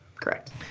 correct